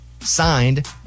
Signed